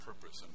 purpose